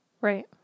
right